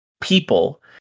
people